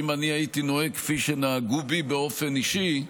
שאם אני הייתי נוהג כפי שנהגו בי באופן אישי,